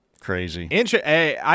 Crazy